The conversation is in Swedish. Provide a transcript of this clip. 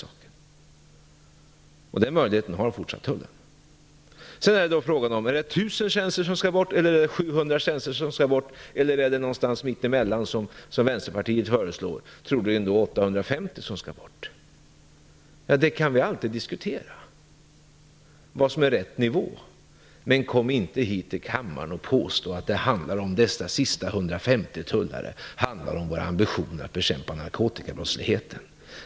Tullen har den möjligheten i fortsättningen. Sedan är det frågan om det är 1 000 eller 700 tjänster som skall bort, eller någonstans däremellan, som Vänsterpartiet föreslår - kanske 850. Vi kan alltid diskutera vad som är rätt nivå. Men kom inte hit till kammaren och påstå att dessa 150 tullare handlar om våra ambitioner att bekämpa narkotikabrottsligheten!